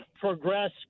progress